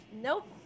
Nope